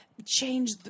change